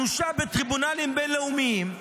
אנושה, בטריבונלים בין-לאומיים.